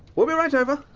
we'll be right over.